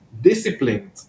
disciplined